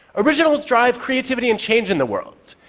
originals drive creativity and change in the world.